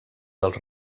dels